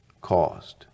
caused